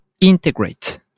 integrate